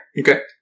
Okay